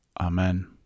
Amen